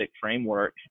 framework